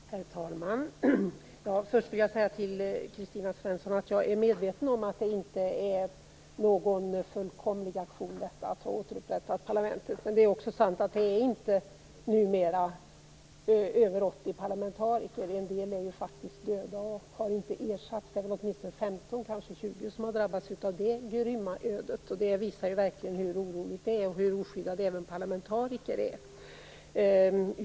Herr talman! Först vill jag säga till Kristina Svensson att jag är medveten om att det inte är någon fullkomlig aktion att ha återupprättat parlamentet. Det är också sant att det numera inte är över 80 parlamentariker; en del är döda och har inte ersatts. 15-20 parlamentariker har drabbats av detta grymma öde, vilket verkligen visar hur oroligt det är och hur oskyddade även parlamentariker är.